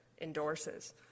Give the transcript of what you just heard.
endorses